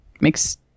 makes